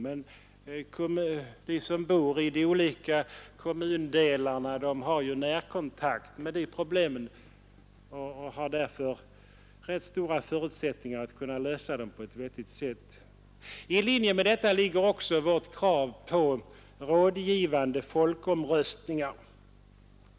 De som bor i de olika kommundelarna har ju närkontakt med problemen där och har därför rätt stora förutsättningar att lösa dem på ett vettigt sätt. I linje med detta ligger också vårt krav på rådgivande folkomröstningar.